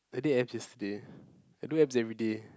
I did abs yesterday I do abs everyday